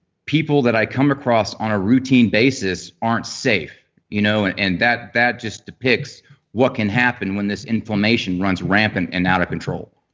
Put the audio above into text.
people that i come across on a routine basis aren't safe you know and and that that just depicts what can happen when this inflammation runs ramping and out of control